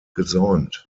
gesäumt